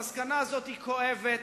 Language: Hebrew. המסקנה הזאת היא כואבת,